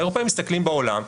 האירופאים מסתכלים בעולם ואומרים,